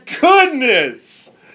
goodness